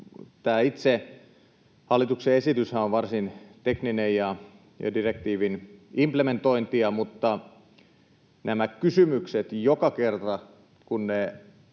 Tämä itse hallituksen esityshän on varsin tekninen ja direktiivin implementointia, mutta nämä kysymykset, joka kerta kun ne